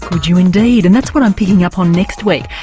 could you indeed, and that's what i'm picking up on next week,